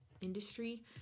industry